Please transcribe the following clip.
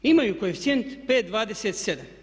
Imaju koeficijent 5,27.